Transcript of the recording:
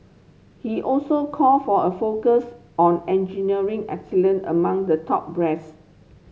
he also called for a focus on engineering excellence among the top brass